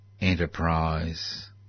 enterprise